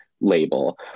label